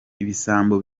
ibisambo